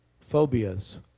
phobias